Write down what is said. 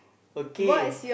okay